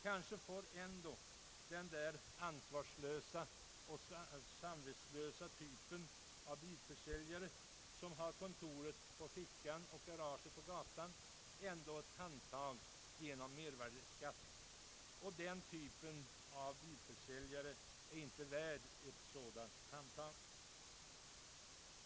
Kanske får ändå den ansvarslösa och samvetslösa typen av bilförsäljare, som har kontoret på fickan och garaget på gatan, ett handtag genom mervärdeskatten, och den typen av bilförsäljare är inte värd ett sådant handtag.